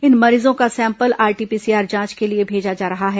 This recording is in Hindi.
इन मरीजों का सैंपल आरटी पीसीआर जांच के लिए भेजा जा रहा है